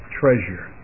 treasure